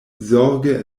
zorge